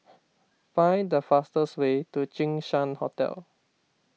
find the fastest way to Jinshan Hotel